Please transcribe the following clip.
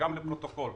לפרוטוקול